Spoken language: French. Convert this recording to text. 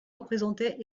représentaient